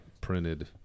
printed